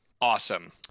Awesome